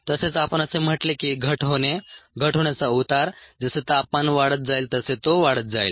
तसेच आपण असे म्हटले की घट होणे घट होण्याचा उतार जसे तापमान वाढत जाईल तसे तो वाढत जाईल